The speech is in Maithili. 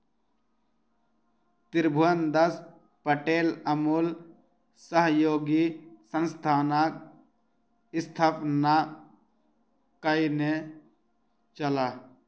त्रिभुवनदास पटेल अमूल सहयोगी संस्थानक स्थापना कयने छलाह